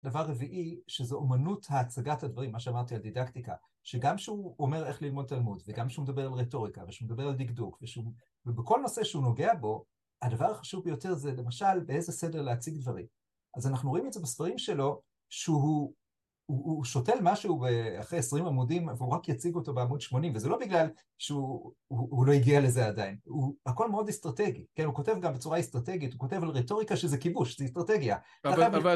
דבר רביעי, שזו אמנות ההצגת הדברים, מה שאמרתי על דידקטיקה, שגם שהוא אומר איך ללמוד תלמוד, וגם שהוא מדבר על רטוריקה, ושהוא מדבר על דקדוק, ובכל נושא שהוא נוגע בו, הדבר החשוב ביותר זה, למשל, באיזה סדר להציג דברים. אז אנחנו רואים את זה בספרים שלו, שהוא... הוא שותל משהו אחרי 20 עמודים, והוא רק יציג אותו בעמוד 80, וזה לא בגלל שהוא לא הגיע לזה עדיין, הוא... הכול מאוד אסטרטגי, כן? הוא כותב גם בצורה אסטרטגית, הוא כותב על רטוריקה שזה כיבוש, זה אסטרטגיה.